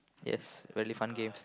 yes really fun games